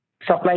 supply